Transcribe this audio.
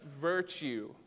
virtue